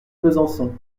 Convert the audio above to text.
besançon